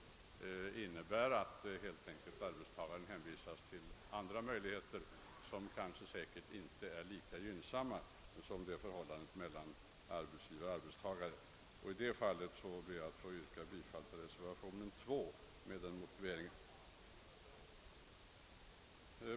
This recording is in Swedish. Arbetstagaren skulle då helt enkelt hänvisas till att utnyttja andra möjligheter som kanske inte skulle vara lika gynnsamma för honom. Med den motiveringen ber jag att få yrka bifall till reservationen 2.